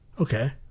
Okay